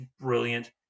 brilliant